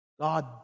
God